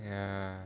ya